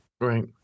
Right